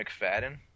McFadden